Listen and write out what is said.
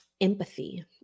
empathy